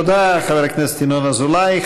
תודה, חבר הכנסת ינון אזולאי.